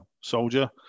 soldier